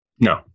No